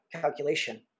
calculation